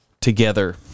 together